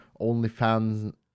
OnlyFans